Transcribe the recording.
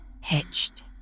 hitched